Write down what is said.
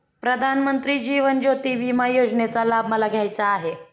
प्रधानमंत्री जीवन ज्योती विमा योजनेचा लाभ मला घ्यायचा आहे